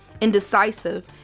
indecisive